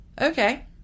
Okay